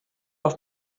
auf